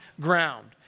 ground